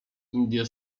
indie